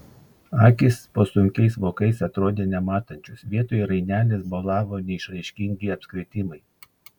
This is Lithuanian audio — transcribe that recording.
akys po sunkiais vokais atrodė nematančios vietoj rainelės bolavo neišraiškingi apskritimai